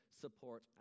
support